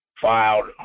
filed